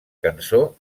cançó